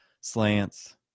slants